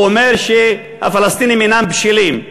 הוא אומר שהפלסטינים אינם בשלים.